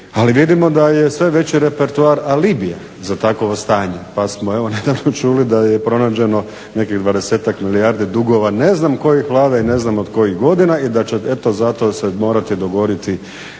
ali vidimo da je sve veći repertoar alibija za takvo stanje pa smo nedavno čuli da je pronađeno nekih dvadesetak milijardi dugova ne znam kojih vlada i ne znam od kojih godina i da će se eto zato morati dogoditi